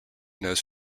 knows